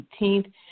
18th